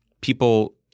people